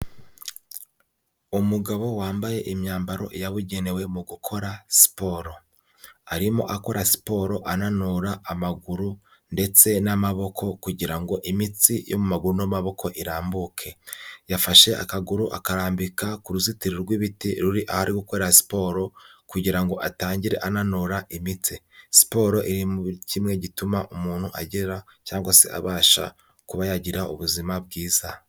Umugabo wambaye imyambaro yabugenewe mu gukora siporo. Arimo akora siporo ananura amaguru ndetse n'amaboko kugira ngo imitsi yo mu maguru n'amaboko irambuke. Yafashe akaguru akarambika ku ruzitiro rw'ibiti ruri aho ari gukorera siporo kugira ngo atangire ananura imitsi. Siporo iri muri kimwe gituma umuntu agera cyangwa se abasha kuba yagira ubuzima bwiza.